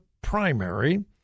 primary—